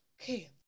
okay